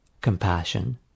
compassion